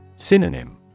Synonym